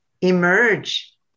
emerge